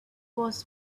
was